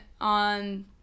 on